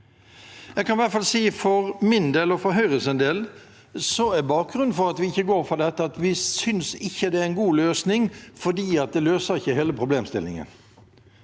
for min del og for Høyre sin del at bakgrunnen for at vi ikke går for dette, er at vi ikke synes det en god løsning, for det løser ikke hele problemstillingen.